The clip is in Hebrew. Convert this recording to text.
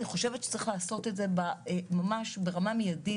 אני חושבת שצריך לעשות את זה ממש ברמה מיידית.